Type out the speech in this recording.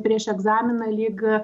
prieš egzaminą lyg